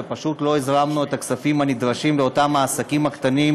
ופשוט לא הזרמנו את הכספים הנדרשים לאותם עסקים קטנים,